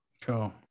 cool